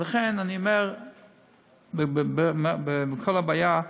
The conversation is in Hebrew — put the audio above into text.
לכן, אני אומר שעם כל הבעיות,